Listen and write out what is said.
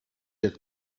jak